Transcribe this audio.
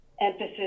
emphasis